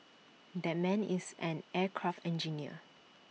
that man is an aircraft engineer